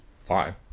fine